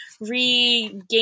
regain